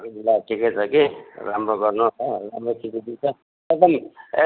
ल ठिकै छ कि राम्रो गर्नुहोस् हो राम्रो खिचिदिन्छ एकदम